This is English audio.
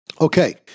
Okay